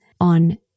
on